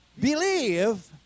believe